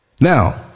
Now